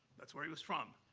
that's where he was from.